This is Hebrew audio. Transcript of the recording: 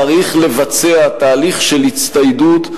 צריך לבצע תהליך של הצטיידות,